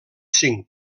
cinc